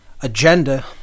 agenda